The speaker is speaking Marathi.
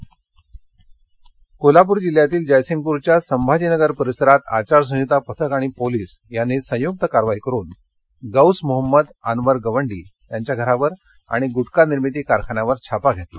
छापा कोल्हापूर कोल्हापूर जिल्ह्यातील जयसिंगपूरच्या संभाजीनगर परिसरात आचारसंहिता पथक आणि पोलिस यांनी संयुक्त कारवाई करून गोस मोहम्मद अंनवर गवंडी यांच्या घरावर आणि गुटका निर्मिती कारखान्यावर छापा घातला